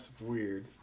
Weird